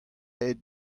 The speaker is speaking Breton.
aet